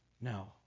No